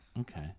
okay